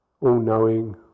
all-knowing